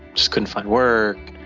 just couldn't find work.